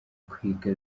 kwiga